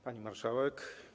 Pani Marszałek!